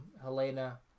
Helena